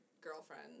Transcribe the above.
girlfriend